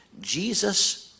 Jesus